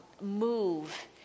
move